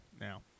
Now